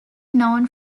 known